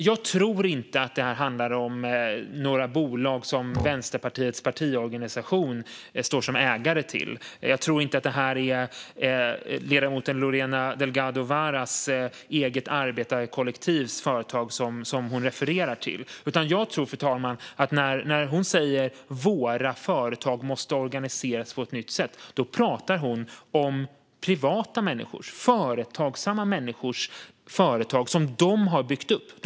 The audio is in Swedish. Jag tror inte att det här handlar om bolag som Vänsterpartiets partiorganisation står som ägare till. Jag tror inte heller att ledamoten Lorena Delgado Varas refererar till sitt eget arbetarkollektivs företag. Jag tror, fru talman, att när hon säger att "våra företag" måste organiseras på ett nytt sätt pratar hon om företagsamma privatpersoners företag som de har byggt upp.